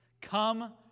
Come